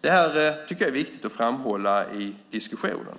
Jag tycker att det är viktigt att framhålla detta i diskussionen.